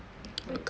like